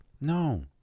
No